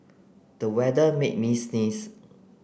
the weather made me sneeze